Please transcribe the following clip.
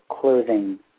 clothing